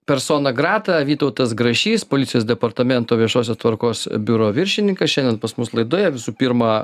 persona grata vytautas grašys policijos departamento viešosios tvarkos biuro viršininkas šiandien pas mus laidoje visų pirma